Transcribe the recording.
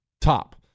top